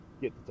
get